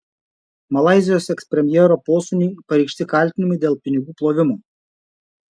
malaizijos ekspremjero posūniui pareikšti kaltinimai dėl pinigų plovimo